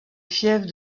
fiefs